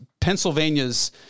Pennsylvania's